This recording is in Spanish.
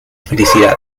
felicidad